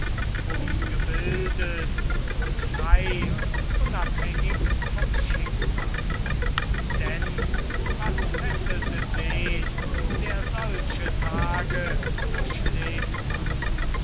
umgebildet und frei und unabhängig vom schicksal denn was fesselte den der solche tage durchlebt hat